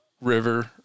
river